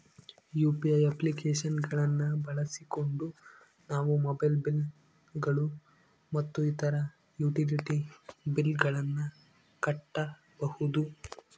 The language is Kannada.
ಯು.ಪಿ.ಐ ಅಪ್ಲಿಕೇಶನ್ ಗಳನ್ನ ಬಳಸಿಕೊಂಡು ನಾವು ಮೊಬೈಲ್ ಬಿಲ್ ಗಳು ಮತ್ತು ಇತರ ಯುಟಿಲಿಟಿ ಬಿಲ್ ಗಳನ್ನ ಕಟ್ಟಬಹುದು